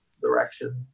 direction